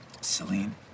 Celine